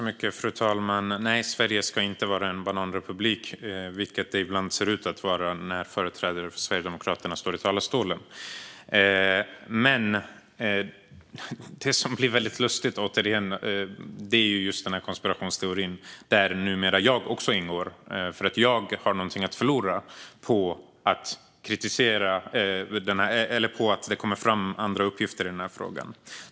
Fru talman! Nej, Sverige ska inte vara en bananrepublik, vilket det ibland ser ut att vara när företrädare för Sverigedemokraterna står i talarstolen. Det som återigen blir lustigt är konspirationsteorin, där numera också jag ingår eftersom jag har något att förlora på att det kommer fram andra uppgifter i frågan.